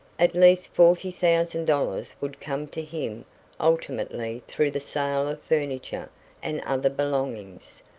at least forty thousand dollars would come to him ultimately through the sale of furniture and other belongings,